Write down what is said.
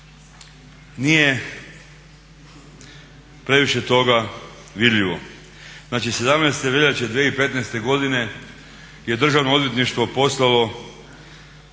nije previše toga vidljivo. Znači, 17. veljače 2015. godine je Državno odvjetništvo poslalo